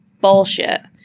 bullshit